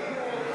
30,